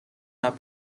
not